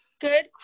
good